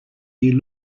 you